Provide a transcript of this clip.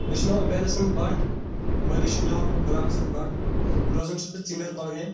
مےٚ چھُ ناو عبید حسن بٹ مٲلِس چھُم ناو غلام حسن بٹ روزان چھُس بہٕ ژمیر کۄلگیمۍ